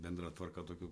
bendra tvarka tokių